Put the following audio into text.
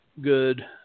good